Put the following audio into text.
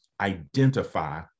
identify